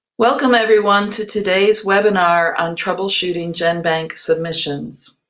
welcome, everyone, to today's webinar on troubleshooting genbank submissions.